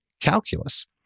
calculus